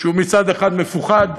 הוא מצד אחד מפוחד,